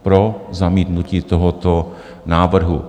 Pro zamítnutí tohoto návrhu.